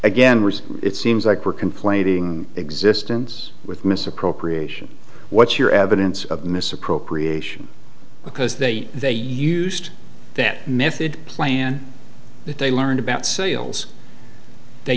was it seems like we're complaining existence with misappropriation what's your evidence of misappropriation because they they used that method plan that they learned about sales they